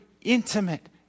intimate